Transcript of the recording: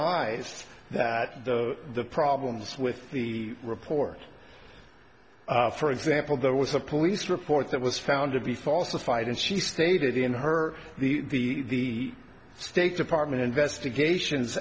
eyes that the problems with the report for example there was a police report that was found to be falsified and she stated in her the state department investigations